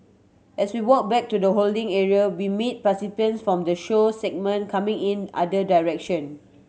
as we walk back to the holding area we meet participants from the show segment coming in other direction